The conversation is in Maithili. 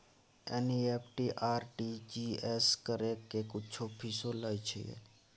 एन.ई.एफ.टी आ आर.टी.जी एस करै के कुछो फीसो लय छियै?